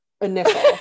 initial